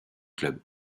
club